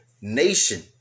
nation